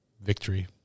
victory